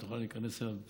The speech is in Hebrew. את יכולה להיכנס אליו